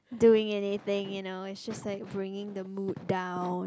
doing anything you know it's just like bringing the mood down